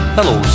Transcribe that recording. Hello